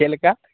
ᱪᱮᱫᱞᱮᱠᱟ